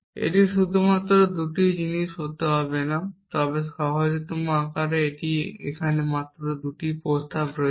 এটি শুধুমাত্র 2টি জিনিস হতে হবে না তবে সহজতম আকারে এটির এখানে মাত্র 2টি প্রস্তাব রয়েছে